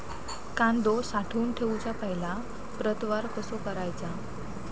कांदो साठवून ठेवुच्या पहिला प्रतवार कसो करायचा?